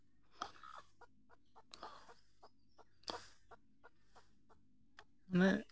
ᱢᱟᱱᱮ